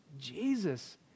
Jesus